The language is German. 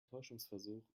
täuschungsversuch